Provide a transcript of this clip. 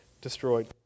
destroyed